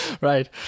Right